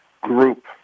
group